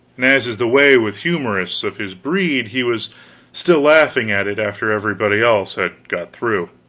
and as is the way with humorists of his breed, he was still laughing at it after everybody else had got through.